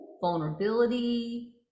vulnerability